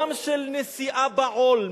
גם של נשיאה בעול.